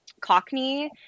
Cockney